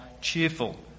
cheerful